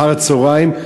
מאחר-הצהריים,